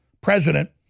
president